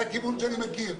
זה הכיוון שאני מכיר.